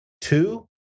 two